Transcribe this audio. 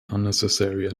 unnecessary